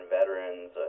veterans